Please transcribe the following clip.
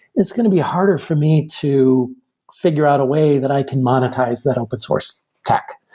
it's going to be harder for me to figure out a way that i can monetize that open source tech.